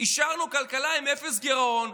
השארנו כלכלה עם אפס גירעון,